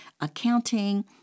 accounting